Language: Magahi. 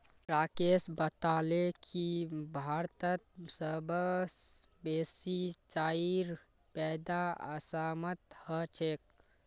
राकेश बताले की भारतत सबस बेसी चाईर पैदा असामत ह छेक